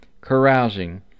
carousing